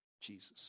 Jesus